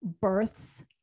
births